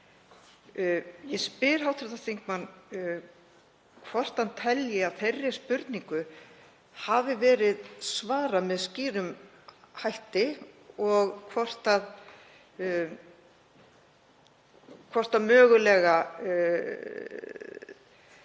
Ég spyr hv. þingmann hvort hann telji að þeirri spurningu hafi verið svarað með skýrum hætti og hvort mögulega hafi verið